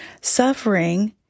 Suffering